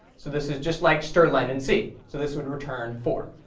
so this is just like strlen in c. so this would return four.